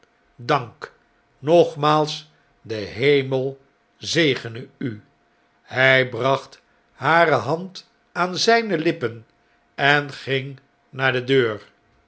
nogmaals de hemel zegene u hij bracht hare hand aan zjjne lippen en ging naar de deur